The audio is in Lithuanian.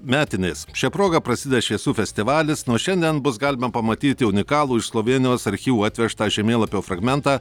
metinės šia proga prasideda šviesų festivalis nuo šiandien bus galima pamatyti unikalų iš slovėnijos archyvų atvežtą žemėlapio fragmentą